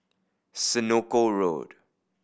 Senoko Road